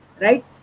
Right